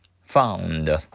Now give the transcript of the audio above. found